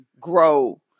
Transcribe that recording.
grow